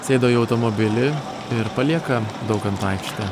sėdo į automobilį ir palieka daukanto aikštę